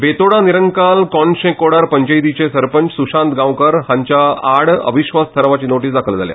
बेतोडा निरंकाल कोनशे कोडार पंचायती सरपंच सुशांत गांवकार हांचे आड अविस्वास थारावपाची नोटीस दाखल केल्या